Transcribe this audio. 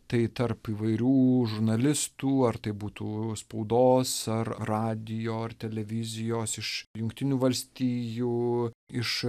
tai tarp įvairių žurnalistų ar tai būtų spaudos ar radijo ar televizijos iš jungtinių valstijų iš